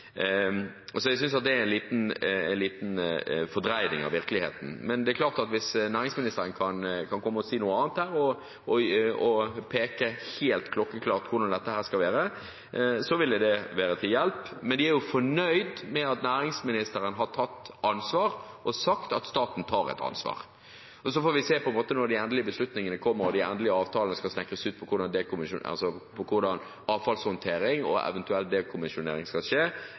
Så jeg synes at det er en liten fordreining av virkeligheten. Det er klart at hvis næringsministeren kan komme og si noe annet her, og peke helt klokkeklart på hvordan dette skal være, ville det være til hjelp, men de er jo fornøyd med at næringsministeren har tatt ansvar og sagt at staten tar et ansvar. Så får vi se når de endelige beslutningene kommer og de endelige avtalene skal snekres ut om hvordan avfallshåndtering og eventuell dekommisjonering skal skje,